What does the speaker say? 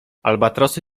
albatrosy